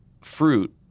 fruit